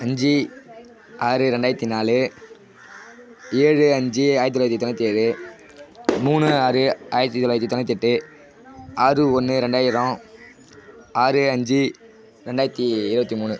அஞ்சி ஆறு ரெண்டாயிரத்தி நாலு ஏழு அஞ்சி ஆயிரத்தி தொள்ளாயிரத்தி தொண்ணூற்றி ஏழு மூணு ஆறு ஆயிரத்தி தொள்ளாயிரத்தி தொண்ணூற்றி எட்டு ஆறு ஒன்று ரெண்டாயிரம் ஆறு அஞ்சு ரெண்டாயிரத்தி இருபத்தி மூணு